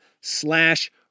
slash